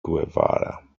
guevara